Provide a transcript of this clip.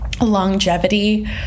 longevity